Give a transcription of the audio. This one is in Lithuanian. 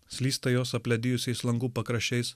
slysta jos apledijusiais langų pakraščiais